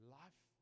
life